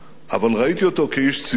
אבל ראיתי אותו כאיש ציבור,